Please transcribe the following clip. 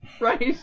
Right